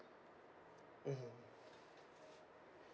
mmhmm